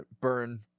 burn